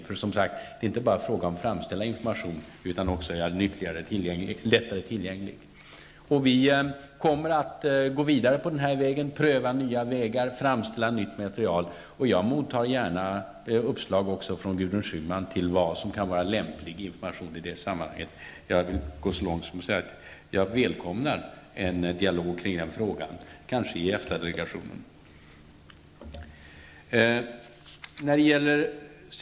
Det är som sagt inte bara en fråga om att framställa information, utan också om att göra den lättare tillgänglig. Vi kommer att gå vidare, pröva nya vägar och framställa nytt material. Jag mottar gärna uppslag också från Gudrun Schyman till vad som kan vara lämplig information i det här fallet. Jag vill gå så långt som att säga att jag välkomnar en dialog i denna fråga, kanske i EFTA-delegationen.